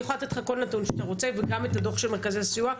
אני יכולה לתת לך כל נתון שאתה רוצה וגם את הדוח של מרכזי הסיוע,